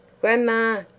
Grandma